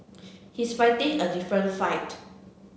he's fighting a different fight